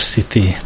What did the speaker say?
City